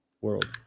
world